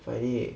friday